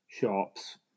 shops